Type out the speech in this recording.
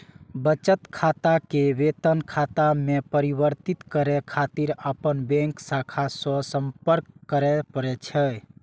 बचत खाता कें वेतन खाता मे परिवर्तित करै खातिर अपन बैंक शाखा सं संपर्क करय पड़ै छै